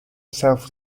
self